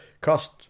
cost